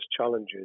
challenges